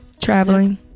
Traveling